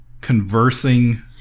conversing